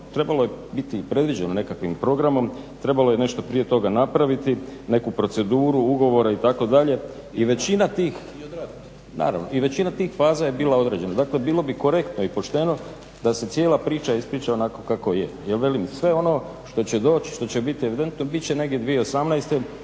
trebalo je biti i predviđeno nekakvim programom, trebalo je nešto prije toga napraviti, neku proceduru ugovora itd. i većina tih faza je bila određena. Dakle, bilo bi korektno i pošteno da se cijela priča ispriča onako kako je jer velim sve ono što će doći i što će biti evidentno bit će negdje 2018.a